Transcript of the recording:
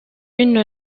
une